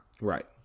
right